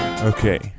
Okay